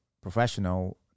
professional